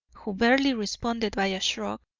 who barely responded by a shrug,